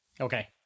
Okay